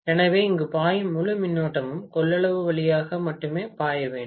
எனவே இங்கு பாயும் முழு மின்னோட்டமும் கொள்ளளவு வழியாக மட்டுமே பாய வேண்டும்